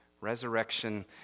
Resurrection